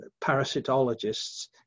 parasitologists